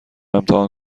امتحان